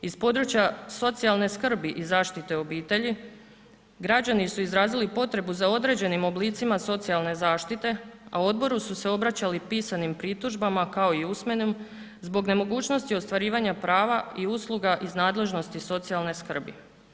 Iz područja socijalne skrbi i zaštite obitelji građani su izrazili potrebu za određenim oblicima socijalne zaštite, a odboru su se obraćali pisanim pritužbama kao i usmenim zbog nemogućnosti ostvarivanja prava i usluga iz nadležnosti socijalne skrbi.